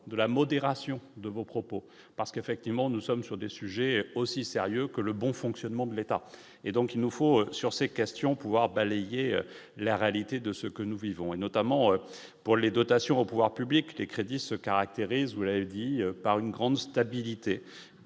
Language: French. de la modération de vos propos parce qu'effectivement, nous sommes sur des sujets aussi sérieux que le bon fonctionnement de l'État et donc il nous faut sur ces questions, pouvoir balayer la réalité de ce que nous vivons, et notamment pour les dotations aux pouvoirs publics, les crédits se caractérise, vous l'avez dit, par une grande stabilité